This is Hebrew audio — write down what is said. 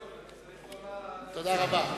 יש הרבה עדויות, אני צריך במה, תודה רבה.